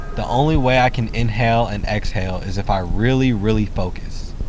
the only way i can inhale and exhale is if i really really focus.